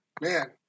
man